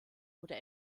oder